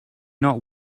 not